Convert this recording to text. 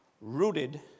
rooted